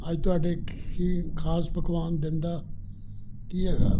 ਅੱਜ ਤੁਹਾਡੇ ਕੀ ਖਾਸ ਪਕਵਾਨ ਦਿਨ ਦਾ ਕੀ ਹੈਗਾ